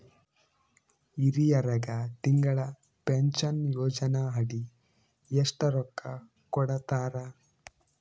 ಹಿರಿಯರಗ ತಿಂಗಳ ಪೀನಷನಯೋಜನ ಅಡಿ ಎಷ್ಟ ರೊಕ್ಕ ಕೊಡತಾರ?